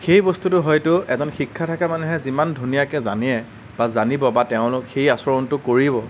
সেই বস্তুটো হয়তো এজন শিক্ষা থকা মানুহে যিমান ধুনীয়াকৈ জানে বা জানিব বা তেওঁ সেই আচৰণটো কৰিব